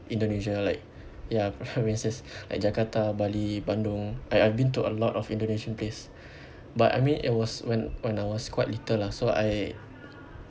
Indonesia like ya provinces like Jakarta Bali Bandung I I've been to a lot of indonesian place but I mean it was when when I was quite little lah so I